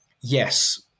yes